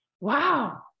Wow